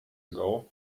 ago